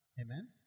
Amen